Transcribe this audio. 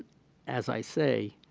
as i say,